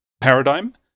paradigm